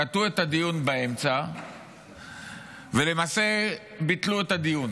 קטעו את הדיון באמצע ולמעשה ביטלו את הדיון